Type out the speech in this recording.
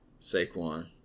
Saquon